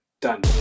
done